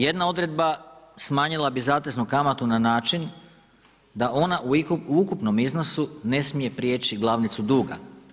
Jedna odredba smanjila bi zateznu kamatu na način da ona u ukupnom iznosu ne smije prijeći glavnicu duga.